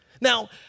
Now